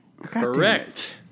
Correct